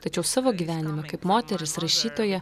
tačiau savo gyvenimą kaip moteris rašytoja